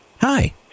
Hi